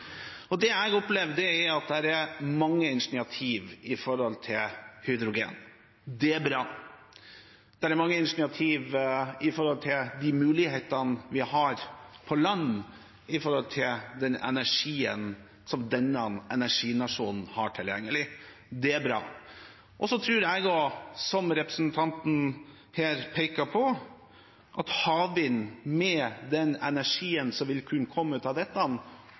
energi. Det jeg opplever, er at det er mange initiativ med tanke på hydrogen. Det er bra. Det er mange initiativ med tanke på de mulighetene vi har på land og den energien som denne energinasjonen har tilgjengelig. Det er bra. Så tror jeg, som representanten her peker på, at havvind, med den energien som vil kunne komme ut av